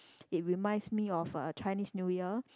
it reminds me of uh Chinese New Year